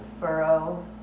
furrow